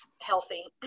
healthy